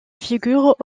figure